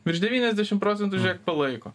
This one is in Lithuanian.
virš devyniasdešim procentų palaiko